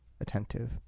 attentive